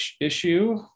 issue